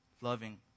loving